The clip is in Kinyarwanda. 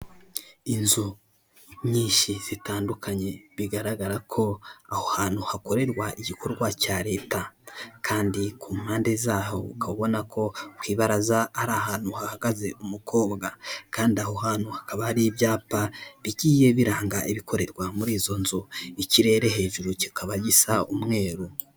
Inzu nyinshi zitandukanye bigaragara ko aho hantu hakorerwa igikorwa cya Leta, kandi ku mpande zaho ukaba ubona ko ku ibaraza hari ahantu hahagaze umukobwa, kandi aho hantu hakaba hari ibyapa bigiye biranga ibikorerwa muri izo nzu, ikirere hejuru kikaba gisa umweru.